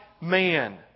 man